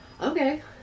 Okay